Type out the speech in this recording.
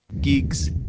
geeks